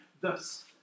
Thus